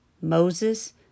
Moses